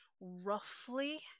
roughly